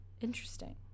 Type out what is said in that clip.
Interesting